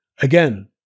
again